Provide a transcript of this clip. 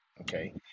Okay